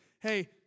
Hey